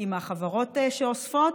עם החברות שאוספות,